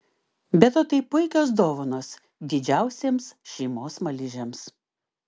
be to tai puikios dovanos didžiausiems šeimos smaližiams